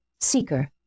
Seeker